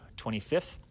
25th